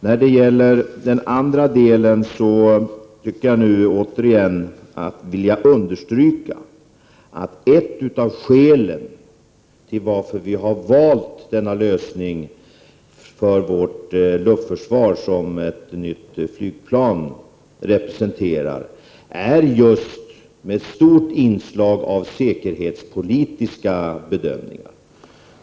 När det gäller den andra delen vill jag återigen understryka att ett av skälen till att vi valt den lösning för vårt luftförsvar som ett nytt flygplan representerar, är just till stor del säkerhetspolitiska bedömningar.